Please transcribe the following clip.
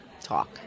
talk